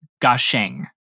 gushing